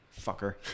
Fucker